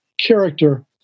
character